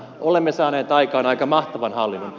olemme saaneet aikaan aika mahtavan hallinnon